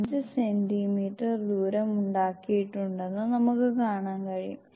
5 centimetre ദൂരം ഉണ്ടാക്കിയിട്ടുണ്ടെന്ന് നമുക്ക് കാണാൻ കഴിയും